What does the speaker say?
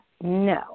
no